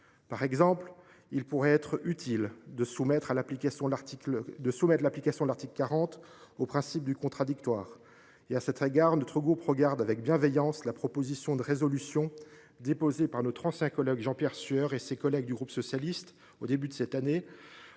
Par exemple, il pourrait être utile de soumettre l’application de l’article 40 au principe du contradictoire. À cet égard, notre groupe regarde avec bienveillance la proposition de résolution déposée par notre ancien collègue Jean Pierre Sueur et ses collègues du groupe Socialiste, Écologiste et